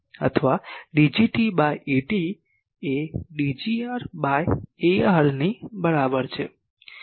અથવા Dgt by At એ Dgr by Ar ની બરાબર છે